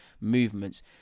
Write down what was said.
movements